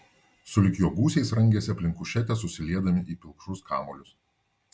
sulig jo gūsiais rangėsi aplink kušetę susiliedami į pilkšvus kamuolius